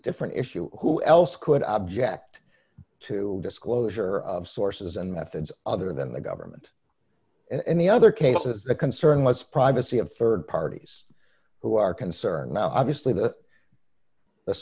different issue who else could object to disclosure of sources and methods other than the government and the other cases the concern was privacy of rd parties who are concerned now obviously that the